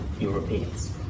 Europeans